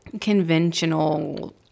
conventional